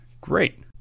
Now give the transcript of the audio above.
great